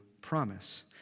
promise